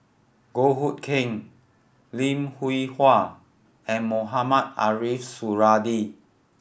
Goh Hood Keng Lim Hwee Hua and Mohamed Ariff Suradi